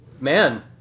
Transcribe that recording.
Man